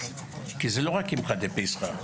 כי זה לא רק קמחא דפסחא,